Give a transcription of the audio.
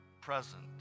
present